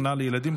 אומנה לילדים,